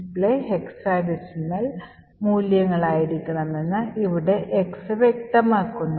display hexadecimal മൂല്യങ്ങളിലായിരിക്കണമെന്ന് ഇവിടെ x വ്യക്തമാക്കുന്നു